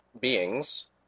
beings